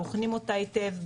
בוחנים אותה היטב,